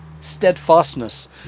steadfastness